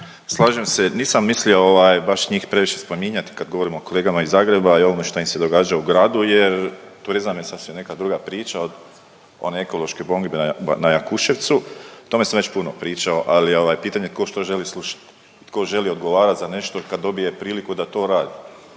Slažem se. Nisam mislio ovaj, baš njih previše spominjati, kada govorimo o kolegama iz Zagreba i ovome što im se događa u gradu jer turizam je sasvim neka druga priča od one ekološke bombe na Jakuševcu, o tome sam već puno pričao, ali ovaj, pitanje je tko što želi slušati. Tko želi odgovarati za nešto kad dobije priliku da to radi,